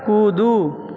कूदू